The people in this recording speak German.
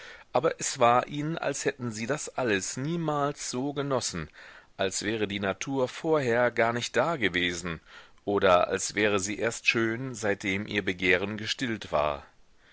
aber es war ihnen als hätten sie das alles niemals so genossen als wäre die natur vorher gar nicht dagewesen oder als wäre sie erst schön seitdem ihr begehren gestillt war